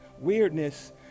weirdness